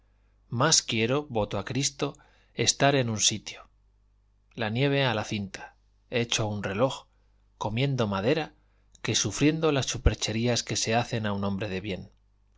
más quiero voto a cristo estar en un sitio la nieve a la cinta hecho un reloj comiendo madera que sufriendo las supercherías que se hacen a un hombre de bien